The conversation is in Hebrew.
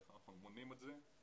איך אנחנו מונעים אותן,